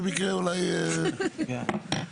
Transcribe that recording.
אלקין,